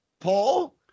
Paul